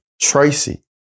Tracy